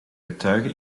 getuige